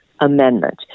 Amendment